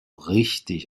richtig